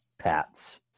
Pat's